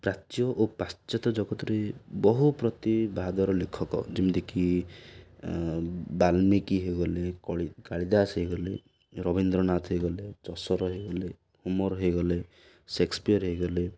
ପ୍ରାଚ୍ୟ ଓ ପାଶ୍ଚାତ୍ୟ ଜଗତରେ ବହୁ ପ୍ରତିବାଦର ଲେଖକ ଯେମିତିକି ବାଲ୍ମୀକି ହୋଇଗଲେ କାଳିଦାସ ହୋଇଗଲେ ରବୀନ୍ଦ୍ରନାଥ ହୋଇଗଲେ ଚଷର ହୋଇଗଲେ ହୁମର ହୋଇଗଲେ ସେକ୍ସପିୟର ହୋଇଗଲେ